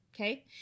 okay